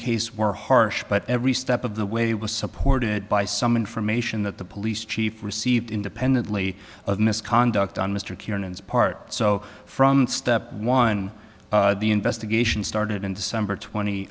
case were harsh but every step of the way was supported by some information that the police chief received independently of misconduct on mr kiernan's part so from step one the investigation started in december twenty